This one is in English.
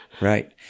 Right